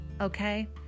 okay